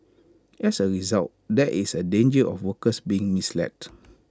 as A result there is A danger of workers being misled